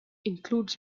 includes